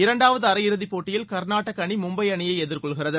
இரண்டாவது அரையிறுதிப் போட்டியில் கர்நாடக அணி மும்பை அணியை எதிர்கொள்கிறது